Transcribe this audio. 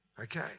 Okay